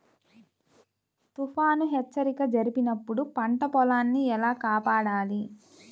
తుఫాను హెచ్చరిక జరిపినప్పుడు పంట పొలాన్ని ఎలా కాపాడాలి?